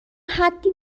حدی